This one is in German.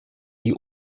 die